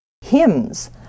hymns